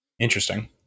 Interesting